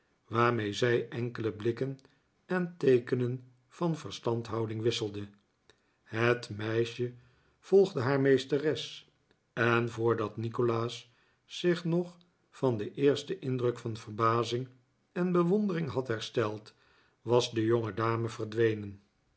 waarmee zij enkele blikken en teekenen van verstandhouding wisselde het meisje volgde haar meesteres en voordat nikolaas zich nog van den eersten indruk van verbazing en bewondering had hersteld was de jongedame verdwenen